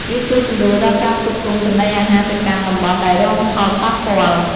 វាជួយសម្រួលដល់ការផ្គត់ផ្គង់ចំណីអាហារទៅកាន់តំបន់ដែលរងផលប៉ះពាល់។